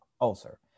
ulcer